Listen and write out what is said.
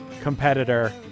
competitor